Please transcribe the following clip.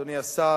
אדוני השר,